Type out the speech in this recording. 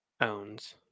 owns